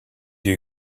you